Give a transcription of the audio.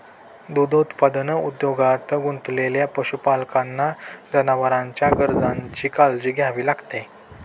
दूध उत्पादन उद्योगात गुंतलेल्या पशुपालकांना जनावरांच्या गरजांची काळजी घ्यावी लागते